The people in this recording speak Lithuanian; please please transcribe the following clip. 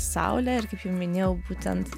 saulė ir kaip jau minėjau būtent